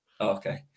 Okay